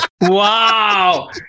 wow